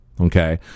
okay